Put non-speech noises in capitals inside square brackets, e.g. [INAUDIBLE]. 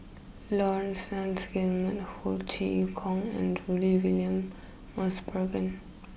Laurence Nunns Guillemard Ho Chee Kong and Rudy William Mosbergen [NOISE]